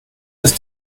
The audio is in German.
ist